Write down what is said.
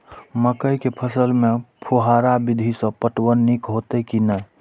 मकई के फसल में फुहारा विधि स पटवन नीक हेतै की नै?